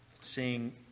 seeing